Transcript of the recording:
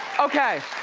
okay,